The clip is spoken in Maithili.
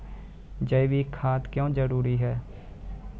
जैविक खाद क्यो जरूरी हैं?